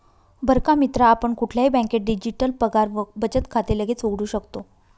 बर का मित्रा आपण कुठल्याही बँकेत डिजिटल पगार व बचत खाते लगेच उघडू शकतो